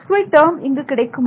xy term இங்கு கிடைக்குமா